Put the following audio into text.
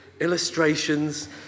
illustrations